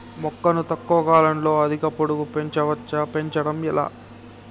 మొక్కను తక్కువ కాలంలో అధిక పొడుగు పెంచవచ్చా పెంచడం ఎలా?